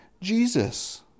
Jesus